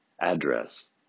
address